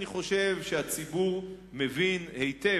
אני חושב שהציבור מבין היטב,